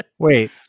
Wait